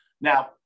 Now